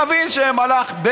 שנבין שהם מלאכים,